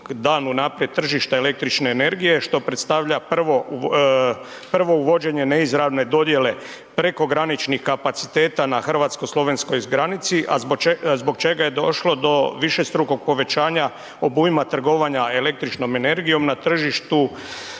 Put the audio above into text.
slovenskom … tržišta električne energije što predstavlja prvo uvođenje neizravne dodjele prekograničnih kapaciteta na hrvatsko-slovenskoj granici, a zbog čega je došlo do višestrukog povećanja obujma trgovanja električnom energijom za tržištu